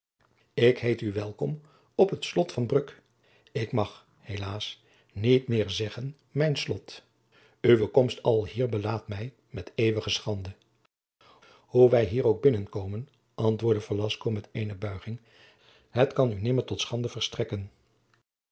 ik heet u welkom op het slot van bruck ik mag helaas niet meer zeggen op mijn slot uwe komst alhier belaadt mij met eeuwige schande hoe wij hier ook binnen komen antwoordde velasco met eene buiging het kan u nimmer tot schande verstrekken